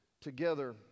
together